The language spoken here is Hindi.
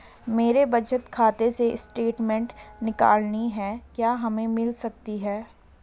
मेरे बचत खाते से स्टेटमेंट निकालनी है क्या हमें मिल सकती है?